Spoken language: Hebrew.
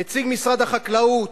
נציג משרד החקלאות.